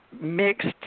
mixed